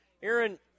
Aaron